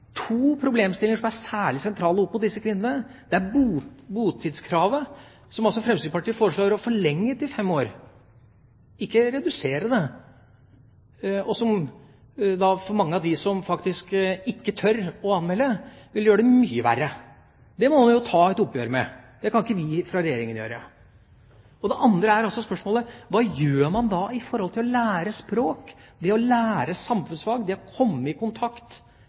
er botidskravet, som Fremskrittspartiet foreslår å forlenge til fem år – ikke redusere det – og som for mange av dem som ikke tør å anmelde, vil gjøre det mye verre. Det må en ta et oppgjør med, det kan ikke vi fra Regjeringa gjøre. Det andre er spørsmålet: Hva gjør man for å lære språk, lære samfunnsfag, komme i kontakt med norske offisielle myndigheter? Jeg syns det